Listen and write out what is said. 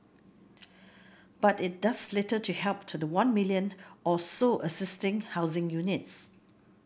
but it does little to help the one million or so existing housing units